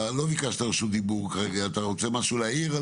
אתה רוצה להעיר משהו?